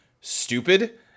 stupid